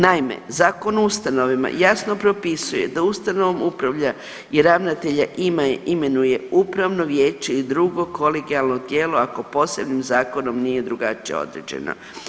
Naime, Zakon o ustanovama jasno propisuje da ustanovom upravlja i ravnatelja imenuje upravno vijeće i drugo kolegijalno tijelo ako posebnim zakonom nije drugačije određeno.